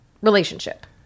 relationship